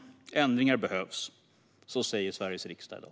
Ändringar behövs. Så säger Sveriges riksdag i dag.